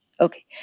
Okay